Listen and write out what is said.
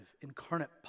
incarnate